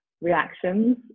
reactions